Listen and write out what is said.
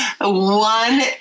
one